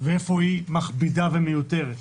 ואיפה היא מכבידה ומיותרת,